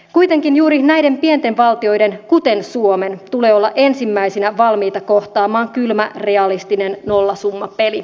kuitenkin juuri näiden pienten valtioiden kuten suomen tulee olla ensimmäisinä valmiita kohtaamaan kylmä realistinen nollasummapeli